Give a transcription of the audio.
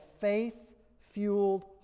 faith-fueled